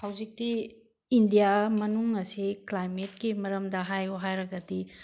ꯍꯧꯖꯤꯛꯇꯤ ꯏꯟꯗꯤꯌꯥ ꯃꯅꯨꯡ ꯑꯁꯤ ꯀ꯭ꯂꯥꯏꯃꯦꯠꯀꯤ ꯃꯔꯝꯗ ꯍꯥꯏꯌꯣ ꯍꯥꯏꯔꯒꯗꯤ